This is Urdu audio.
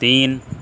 تین